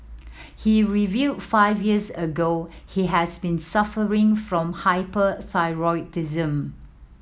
he revealed five years ago he has been suffering from hyperthyroidism